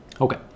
Okay